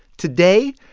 today,